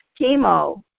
chemo